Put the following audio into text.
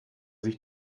sich